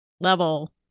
level